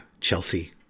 Chelsea